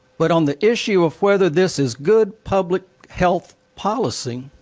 but on the issue of whether this is good public health policy.